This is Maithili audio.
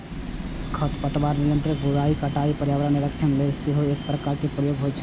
खरपतवार नियंत्रण, बुआइ, कटाइ, पर्यावरण निरीक्षण लेल सेहो एकर प्रयोग होइ छै